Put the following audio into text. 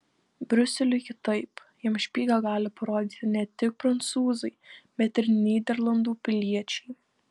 briuseliui kitaip jam špygą gali parodyti ne tik prancūzai bet ir nyderlandų piliečiai